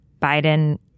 Biden